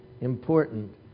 important